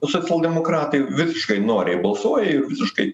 socialdemokratai visiškai noriai balsuoja ir visiškai